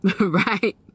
right